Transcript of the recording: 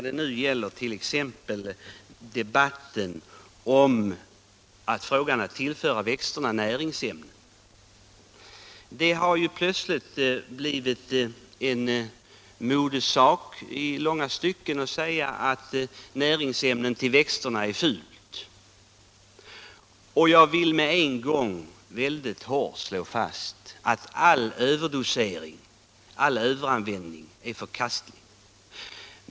Det gäller debatten om man skall tillföra näringsämnen. Det har plötsligt blivit en modesak att det är fult att tillföra växterna näringsämnen. Jag vill med en gång väldigt hårt slå fast att all överdosering, all överanvändning av näringsämnen är förkastlig.